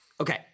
Okay